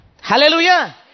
Hallelujah